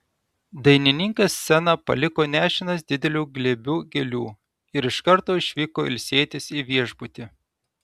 dainininkas sceną paliko nešinas dideliu glėbiu gėlių ir iš karto išvyko ilsėtis į viešbutį